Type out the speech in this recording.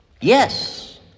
yes